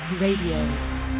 RADIO